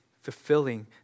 fulfilling